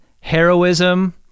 heroism